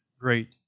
great